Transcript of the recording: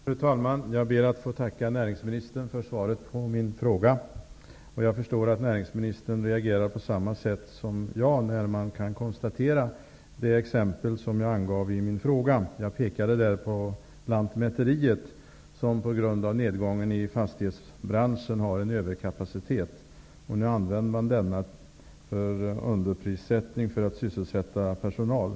Fru talman! Jag ber att få tacka näringsministern för svaret på min fråga. Jag förstår att näringsministern reagerar på samma sätt som jag, när man studerar det exempel som jag angav i min fråga. Jag pekade där på lantmäteriet, som på grund av nedgången i fastighetsbranschen har en överkapacitet och nu använder denna för underprissättning för att sysselsätta sin personal.